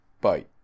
Bye